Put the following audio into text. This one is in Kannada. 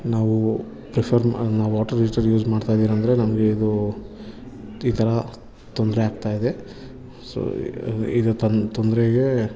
ನಾವು ಪ್ರಿಫರ್ ನಾವು ವಾಟರ್ ಹೀಟರ್ ಯೂಸ್ ಮಾಡ್ತಾಯಿದಿರಾಂದ್ರೆ ನಮಗೆ ಇದು ಈ ಥರ ತೊಂದರೆಯಾಗ್ತಾಯಿದೆ ಸೊ ಇದು ತೊಂದ್ ತೊಂದರೆಗೆ